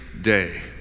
day